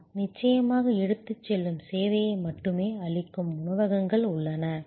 ஆம் நிச்சயமாக எடுத்துச் செல்லும் சேவையை மட்டுமே அளிக்கும் உணவகங்கள் உள்ளன